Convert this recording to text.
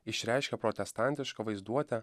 išreiškia protestantišką vaizduotę